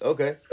Okay